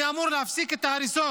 מי אמור להפסיק את ההריסות?